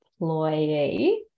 employee